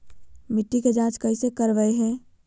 मिट्टी के जांच कैसे करावय है?